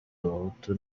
abahutu